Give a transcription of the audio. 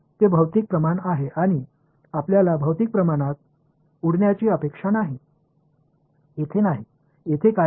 இது ஒரு physical quantities மற்றும் ஒரு பிஸிக்கல் குவான்டிடிஸ் வெடிக்கும் என்று நாம் எதிர்பார்க்கவில்லை